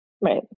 Right